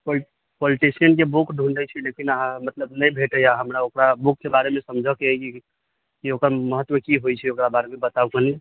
pole politician के book ढूँढ़ै छी लेकिन अहाँ मतलब नहि भेटैए हमरा ओकरा बुक के बारे मे समझ के अइ कि ओकर महत्व की होइ छै ओकरा बारे मे बताउ कनि